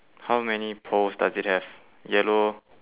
how many poles does it have yellow